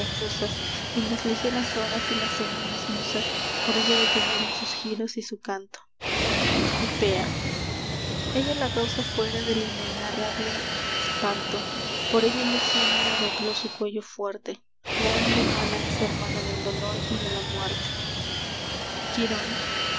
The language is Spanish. confusas y las ligeras horas y las sublimes musas por ella detuvieron sus giros y su canto hipea ella la causa fuera de inenarrable espanto por ella el ixionida dobló su cuello fuerte la hembra humana es hermana del dolor y la muerte quirón